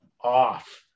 off